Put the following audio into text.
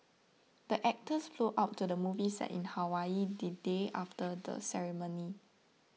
the actors flew out to the movie set in Hawaii the day after the ceremony